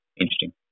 Interesting